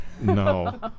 No